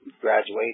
graduate